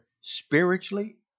spiritually